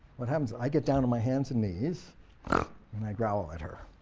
what happens i get down on my hands and knees and i growl ah at her.